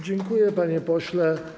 Dziękuję, panie pośle.